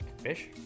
fish